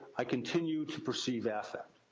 i continue to perceive affect.